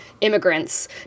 immigrants